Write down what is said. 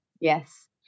Yes